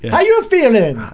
yeah you feeling?